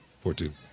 fourteen